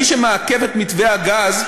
מי שמעכב את מתווה הגז,